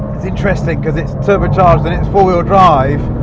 it's interesting, because it's turbocharged and it's four wheel drive.